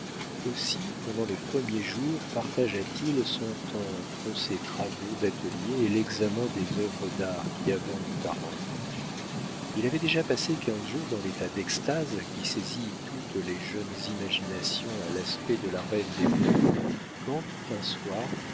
aussi pendant les premiers jours partagea t il son temps entre ses travaux d'atelier et l'examen des œuvres d'art qui abondent à rome il avait déjà passé quinze jours dans l'état d'extase qui saisit toutes les jeunes imaginations à l'aspect de la reine des ruines quand un soir